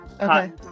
Okay